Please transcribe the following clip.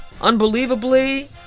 unbelievably